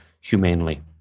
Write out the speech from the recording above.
humanely